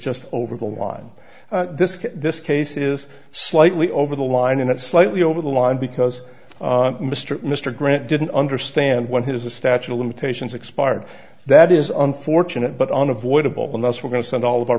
just over the line this case this case is slightly over the line and slightly over the line because mr mr grant didn't understand what it is the statue of limitations expired that is unfortunate but unavoidable unless we're going to send all of our